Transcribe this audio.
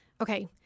Okay